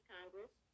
Congress